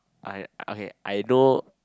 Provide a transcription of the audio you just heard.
I okay I know